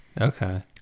okay